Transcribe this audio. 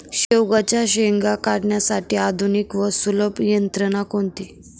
शेवग्याच्या शेंगा काढण्यासाठी आधुनिक व सुलभ यंत्रणा कोणती?